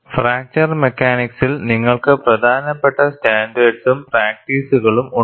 fracture മെക്കാനിക്സിൽ നിങ്ങൾക്ക് പ്രധാനപ്പെട്ട സ്റ്റാൻഡേർഡ്സും പ്രാക്റ്റീസുകളും ഉണ്ട്